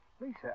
Lisa